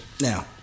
Now